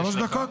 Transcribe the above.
שלוש דקות.